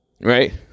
Right